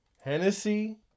Hennessy